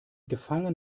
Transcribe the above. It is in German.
gefangen